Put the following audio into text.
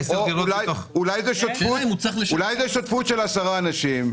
אולי זאת שותפות של 10 אנשים?